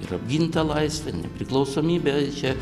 ir apginta laisvė nepriklausomybė i čia